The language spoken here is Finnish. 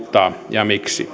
ja miksi